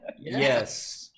Yes